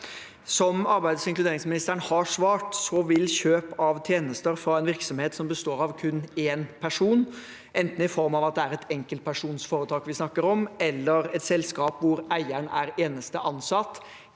Som arbeids- og inkluderingsministeren har svart, vil kjøp av tjenester fra en virksomhet som består av kun én person, enten i form av at det er et enkeltpersonforetak vi snakker om, eller et selskap hvor eieren er eneste ansatt,